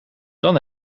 dan